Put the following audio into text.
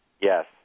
Yes